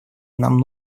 нам